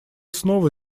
снова